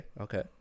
Okay